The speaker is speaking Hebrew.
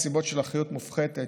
המתה בנסיבות של אחריות מופחתת,